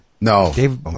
No